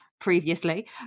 previously